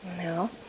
no